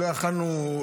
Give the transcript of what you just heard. שלא יכולנו,